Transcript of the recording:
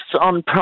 on